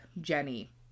Jenny